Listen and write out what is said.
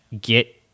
get